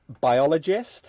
biologist